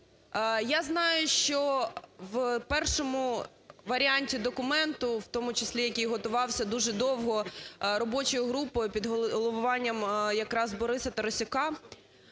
Я знаю, що в першому варіанті документу, в тому числі, який дуже готувався дуже довго робочою групою під головуванням якраз Бориса Тарасюка,